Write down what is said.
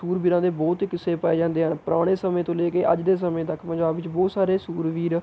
ਸੂਰਵੀਰਾਂ ਦੇ ਬਹੁਤ ਹੀ ਕਿੱਸੇ ਪਾਏ ਜਾਂਦੇ ਹਨ ਪੁਰਾਣੇ ਸਮੇਂ ਤੋਂ ਲੈ ਕੇ ਅੱਜ ਦੇ ਸਮੇਂ ਤੱਕ ਪੰਜਾਬ ਵਿੱਚ ਬਹੁਤ ਸਾਰੇ ਸੂਰਵੀਰ